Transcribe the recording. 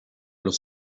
los